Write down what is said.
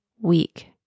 week